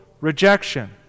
rejection